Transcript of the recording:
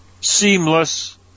seamless